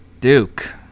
Duke